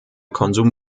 konsum